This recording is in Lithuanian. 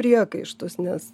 priekaištus nes